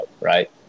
right